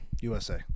USA